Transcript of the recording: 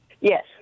Yes